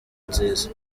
nziza